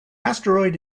asteroid